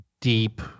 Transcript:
deep